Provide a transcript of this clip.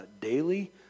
daily